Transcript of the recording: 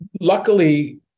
Luckily